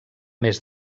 més